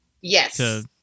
Yes